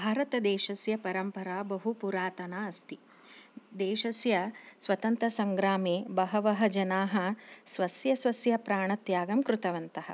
भारतदेशस्य परम्परा बहु पुरातना अस्ति देशस्य स्वतन्त्रसङ्ग्रामे बहवः जनाः स्वस्य स्वस्य प्राणत्यागं कृतवन्तः